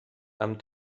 amb